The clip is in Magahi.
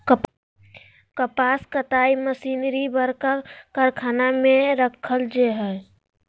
कपास कताई मशीनरी बरका कारखाना में रखल जैय हइ